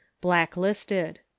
blacklisted